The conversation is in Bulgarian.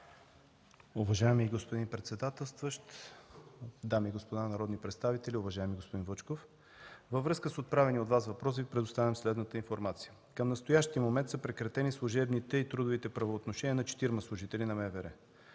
Уважаеми господин председателстващ, дами и господа народни представители! Уважаеми господин Вучков, във връзка с отправения от Вас въпрос, Ви предоставям следната информация. Към настоящия момент са прекратени служебните и трудовите правоотношения на четирима служители на МВР.